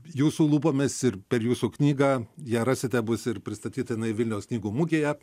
jūsų lūpomis ir per jūsų knygą ją rasite bus ir pristatyta jinai vilniaus knygų mugėje